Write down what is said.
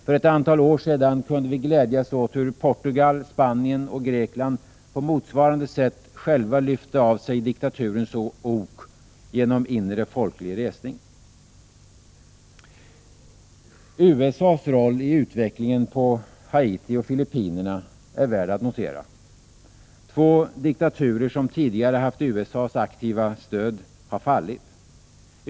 För ett antal år sedan kunde vi glädjas åt hur Portugal, Spanien och Grekland på motsvarande sätt själva lyfte av sig diktaturens ok genom inre folklig resning. USA:s roll i utvecklingen på Haiti och Filippinerna är värd att notera. Två diktaturer som tidigare haft USA:s aktiva stöd har fallit.